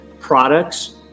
products